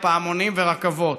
"פעמונים ורכבות",